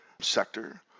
sector